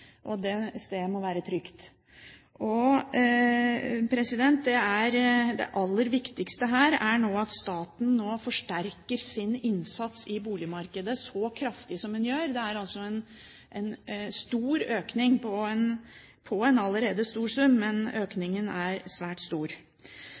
og det stedet må være trygt. Det aller viktigste her er at staten nå forsterker sin innsats i boligmarkedet så kraftig som den gjør. Det er en svært stor økning på en allerede stor sum.